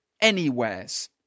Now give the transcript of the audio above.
anywheres